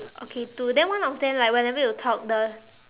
okay two then one of them like whenever you talk the